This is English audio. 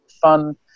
fun